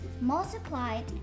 multiplied